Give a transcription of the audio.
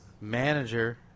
Manager